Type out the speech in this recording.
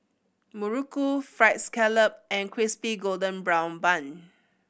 muruku Fried Scallop and Crispy Golden Brown Bun